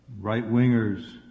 right-wingers